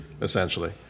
essentially